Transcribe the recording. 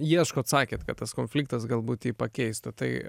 ieškot sakėt kad tas konfliktas galbūt jį pakeistų tai